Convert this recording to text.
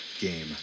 game